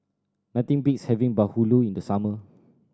nothing beats having bahulu in the summer